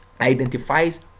identifies